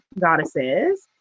goddesses